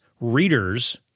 readers